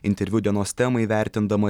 interviu dienos temai vertindama